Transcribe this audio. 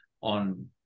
on